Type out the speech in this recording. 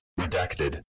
Redacted